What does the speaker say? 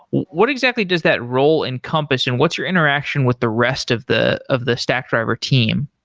what exactly does that role encompass and what's your interaction with the rest of the of the stackdriver team?